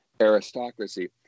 aristocracy